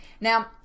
now